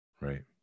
Right